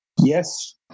Yes